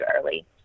early